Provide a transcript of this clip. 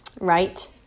right